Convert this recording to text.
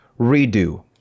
redo